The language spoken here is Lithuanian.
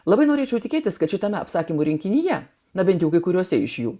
labai norėčiau tikėtis kad šitame apsakymų rinkinyje na bent jau kai kuriuose iš jų